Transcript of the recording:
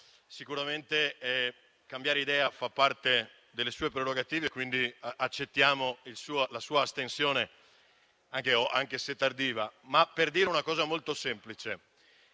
sicuramente cambiare idea fa parte delle sue prerogative e quindi accettiamo la sua astensione, anche tardiva. Dico una cosa molto semplice: